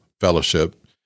fellowship